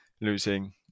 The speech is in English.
losing